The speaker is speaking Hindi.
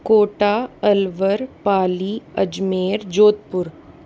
कोटा अलवर बाली अजमेर जोधपुर